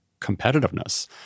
competitiveness